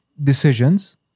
decisions